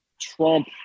trump